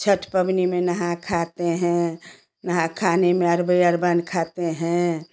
छठ पवनी में नहाय खाय हैं नहाय खाय में अरबे अरबान खाते हैं